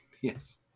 Yes